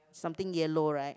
something yellow right